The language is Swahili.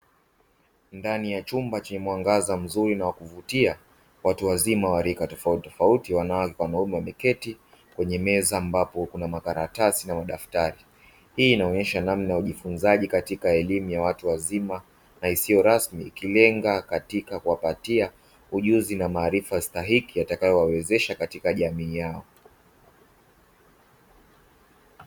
Ndani ya chumba chenye mwangaza mzuri na wakuvutia watu wazima wa rika tofauti tofauti, wanawake kwa wanaume wameketi kwenye meza ambapo kuna karatasi na madaftari. Hii inaonyesha namna ya ujifunzaji katika elimu ya watu wazima na isiyo rasmi, ikilenga katika kuwapatia ujuzi na maarifa stahiki yatakayo wawezesha katika jamii yao.